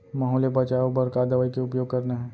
माहो ले बचाओ बर का दवई के उपयोग करना हे?